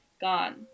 gone